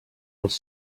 els